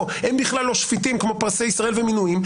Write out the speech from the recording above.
הם בכלל לא שפיטים כמו פרסי ישראל ומינויים,